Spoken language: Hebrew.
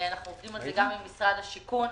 אנחנו עובדים על זה גם עם משרד השיכון.